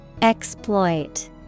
Exploit